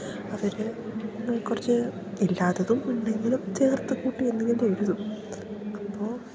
അവര് കുറച്ചു ഇല്ലാത്തതും ഉണ്ടെങ്കിലും ചേർത്തു കൂട്ടി എന്തെങ്കിലും എഴുതും അപ്പോൾ